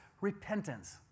Repentance